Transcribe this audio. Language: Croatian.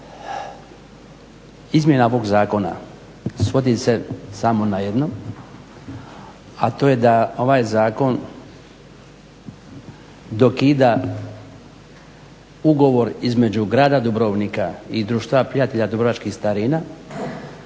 izmjena ovog zakona svodi se samo na jedno, a to je da ovaj zakon dokida ugovor između grada Dubrovnika i Društva pijatelja dubrovačkih starina